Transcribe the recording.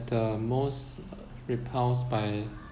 the most repulsed by